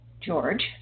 George